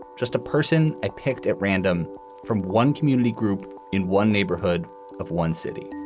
just a person i picked at random from one community group in one neighborhood of one city